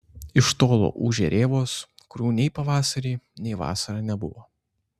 iš tolo ūžia rėvos kurių nei pavasarį nei vasarą nebuvo